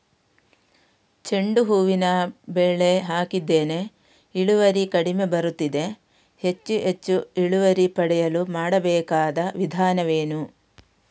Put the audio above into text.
ಚೆಂಡು ಹೂವಿನ ಬೆಳೆ ಹಾಕಿದ್ದೇನೆ, ಇಳುವರಿ ಕಡಿಮೆ ಬರುತ್ತಿದೆ, ಹೆಚ್ಚು ಹೆಚ್ಚು ಇಳುವರಿ ಪಡೆಯಲು ಮಾಡಬೇಕಾದ ವಿಧಾನವೇನು?